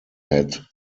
had